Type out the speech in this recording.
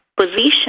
position